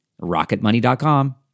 RocketMoney.com